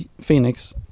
Phoenix